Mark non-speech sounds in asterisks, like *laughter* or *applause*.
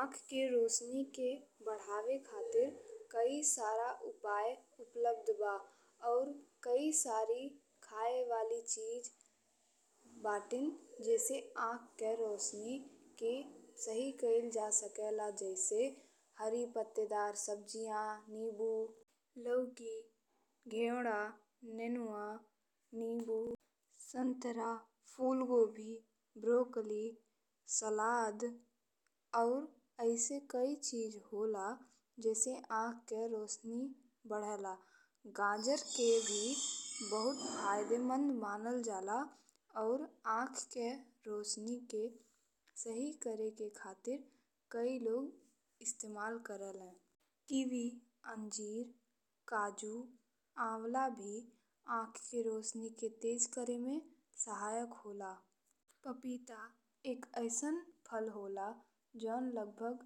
आंख के रोशनी के बढ़ावे खातिर कई सारा उपाय उपलब्ध बा और कई सारी खाए वाली चीज बाटीन *noise* जी से आंख के रोशनी के ठीक कइल जा सकला। जैसे हरी पत्तेदार सब्जिया, नींबू, लौकी, घेड़ा, नेनुआ, नींबू, संतरा, फूल गोभी, ब्रोकली, सलाद और अइसन कई चीज होला जेसे आंख के रोशनी बढ़ेला। *noise* गाजर के भी बहुत फायदेमंद मानल जा ला और आंख के रोशनी के सही करेके खातिर कई लोग इस्तेमाल करेले। कीवी, अंजीर, काजू, आंवला भी आंख के रोशनी के तेज करे में सहायक होला। पपीता एक अइसन फल होला जउन लगभग